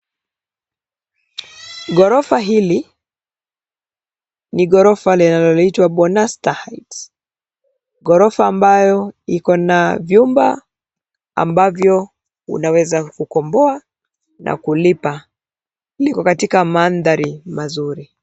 Gorofa hili, ni gorofa linaloitwa Bonasta, gorofa ambayo iko na vyumba ambavyo unaweza kukomboa na kulipa liko katika mandhari mazuri.